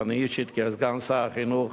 ואני אישית כסגן שר החינוך